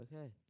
Okay